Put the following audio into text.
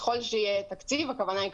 ככל שיהיה תקציב הכוונה היא,